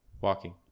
Walking